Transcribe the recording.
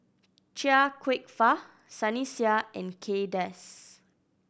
Chia Kwek Fah Sunny Sia and Kay Das